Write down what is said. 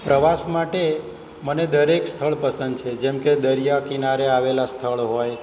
પ્રવાસ માટે મને દરેક સ્થળ પસંદ છે જેમ કે દરિયા કિનારે આવેલા સ્થળ હોય